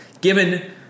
given